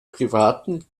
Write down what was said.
privaten